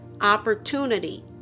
opportunity